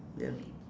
ya